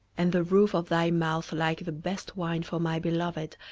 and the roof of thy mouth like the best wine for my beloved,